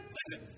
Listen